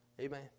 Amen